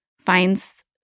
finds